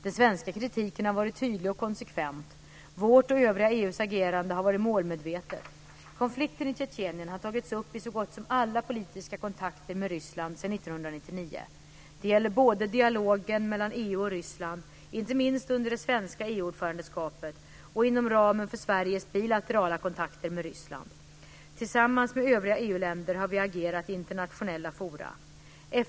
Den svenska kritiken har varit tydlig och konsekvent. Vårt och övriga EU:s agerande har varit målmedvetet. Konflikten i Tjetjenien har tagits upp i så gott som alla politiska kontakter med Ryssland sedan 1999. Det gäller både dialogen mellan EU och Ryssland, inte minst under det svenska EU ordförandeskapet, och inom ramen för Sveriges bilaterala kontakter med Ryssland. Tillsammans med övriga EU-länder har vi agerat i internationella fora.